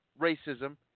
racism